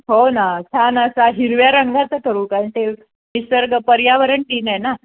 हो ना छान असा हिरव्या रंगाचं करू कारण ते निसर्ग पर्यावरण दिन आहे ना